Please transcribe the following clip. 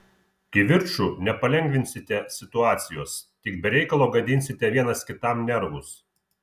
kivirču nepalengvinsite situacijos tik be reikalo gadinsite vienas kitam nervus